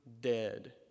dead